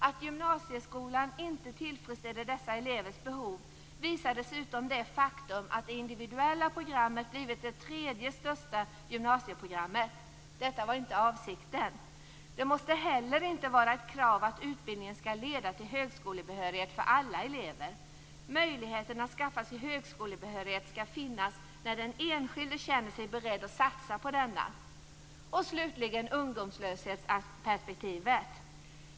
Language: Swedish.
Att gymnasieskolan inte tillfredsställer dessa elevers behov visar dessutom det faktum att det individuella programmet blivit det tredje största gymnasieprogrammet. Detta var inte avsikten. Det måste inte vara ett krav att utbildningen skall leda till högskolebehörighet för alla elever. Möjligheten att skaffa sig högskolebehörighet skall finnas när den enskilde känner sig beredd att satsa på denna. Slutligen ungdomsarbetslöshetsperspektivet.